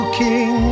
king